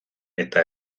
eta